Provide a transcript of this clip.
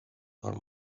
are